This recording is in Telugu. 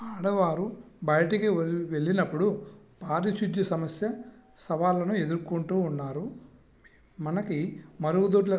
ఆడవాళ్ళు బయటకి వెళ్ళినప్పుడు పారిశుద్ధ్య సమస్య సవాళ్ళను ఎదుర్కుంటున్నారు మనకి మరుగు దొడ్ల